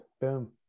Boom